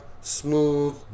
smooth